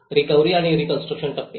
recovery आणि reconstruction टप्पे